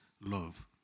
love